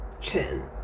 chin